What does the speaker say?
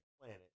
planet